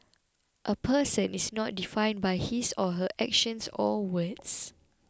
a person is not defined by his or her actions or words